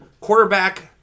Quarterback